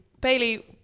Bailey